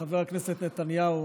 חבר הכנסת נתניהו,